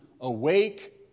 awake